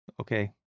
okay